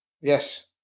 Yes